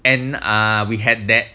and ah we had that